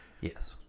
Yes